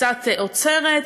קצת עוזרת.